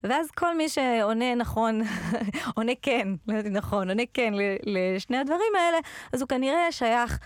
ואז כל מי שעונה נכון, עונה כן, לא יודעת אם נכון נכון, עונה כן לשני הדברים האלה, אז הוא כנראה שייך.